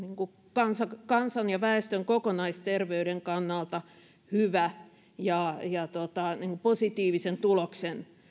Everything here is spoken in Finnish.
kansan kansan ja väestön kokonaisterveyden kannalta hyvä ja positiivisen tuloksen